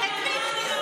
לא כדי להגיד את זה למען,